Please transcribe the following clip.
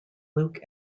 luke